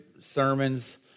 sermons